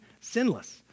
sinless